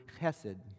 chesed